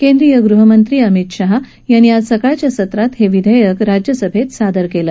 केंद्रीय गृहमंत्री अमित शहा यांनी आज सकाळच्या सत्रात हे विधेयक राज्यसभेत सादर केलं